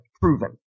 proven